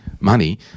money